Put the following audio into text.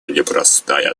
непростая